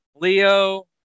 Leo